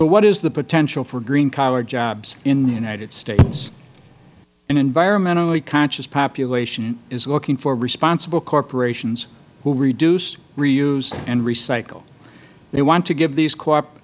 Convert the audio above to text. but what is the potential for green collar jobs in the united states an environmentally conscious population is looking for responsible corporations who reduce reuse and recycle they want to give these co